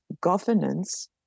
governance